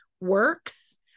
works